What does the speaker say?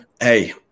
hey